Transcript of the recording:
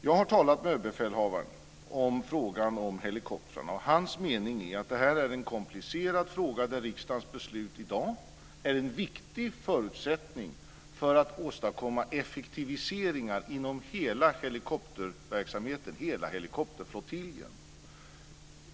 Jag har talat med överbefälhavaren om frågan om helikoptrarna, och hans mening är att detta är en komplicerad fråga, där riksdagens beslut i dag är en viktig förutsättning för att åstadkomma effektiviseringar inom hela helikopterflottiljen.